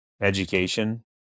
education